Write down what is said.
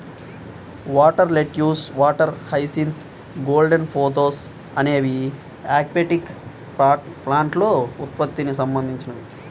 water lettuce, water hyacinth, golden pothos అనేవి aquatic ప్లాంట్ల ఉత్పత్తికి సంబంధించినవి